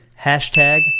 hashtag